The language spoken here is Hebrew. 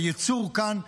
הייצור כאן,